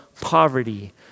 poverty